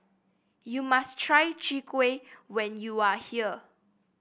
you must try Chwee Kueh when you are here